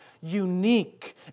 unique